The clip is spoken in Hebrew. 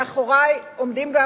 מאחורי עומדים גם